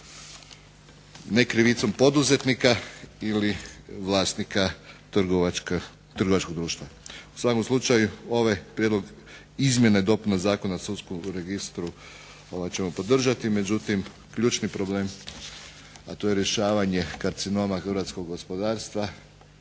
ne krivicom poduzetnika ili vlasnika trgovačkog društva. U svakom slučaju ovaj prijedlog izmjene dopuna Zakona o sudskom registru ćemo podržati, međutim ključni problem, a to je rješavanje karcinoma hrvatskog gospodarstva